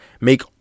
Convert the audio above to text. Make